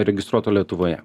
registruoto lietuvoje